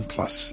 Plus